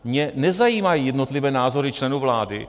Mě nezajímají jednotlivé názory členů vlády.